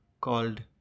called